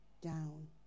down